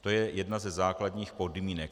To je jedna ze základních podmínek.